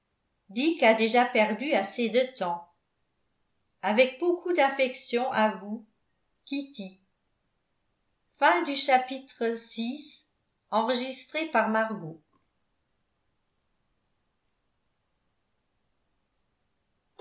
a déjà perdu assez de temps avec beaucoup d'affection a vous kitty